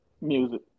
Music